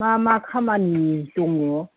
मा मा खामानि दङ